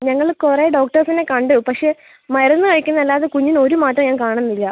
ഞങ്ങൾ കുറേ ഡോക്ടേഴ്സിനെ കണ്ടു പക്ഷേ മരുന്ന് കഴിക്കുന്നതല്ലാതെ കുഞ്ഞിനൊരു മാറ്റവും ഞാൻ കാണുന്നില്ല